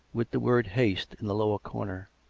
with the word haste in the lower corner.